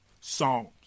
Psalms